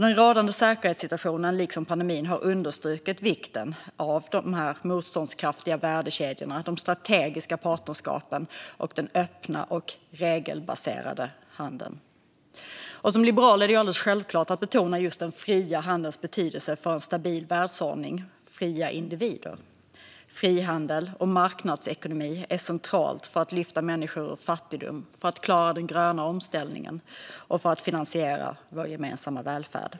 Den rådande säkerhetssituationen, liksom pandemin, har understrukit vikten av de motståndskraftiga värdekedjorna, de strategiska partnerskapen och den öppna och regelbaserade handeln. För mig som liberal är det alldeles självklart att betona den fria handelns betydelse för en stabil världsordning och fria individer. Frihandel och marknadsekonomi är centralt för att lyfta människor ur fattigdom, för att klara den gröna omställningen och för att finansiera vår gemensamma välfärd.